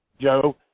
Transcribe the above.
Joe